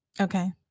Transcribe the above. okay